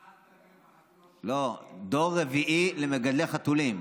אחת, לא, דור רביעי למגדלי חתולים.